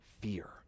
fear